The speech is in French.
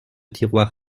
tiroir